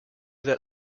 that